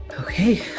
Okay